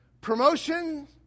promotion